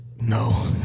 No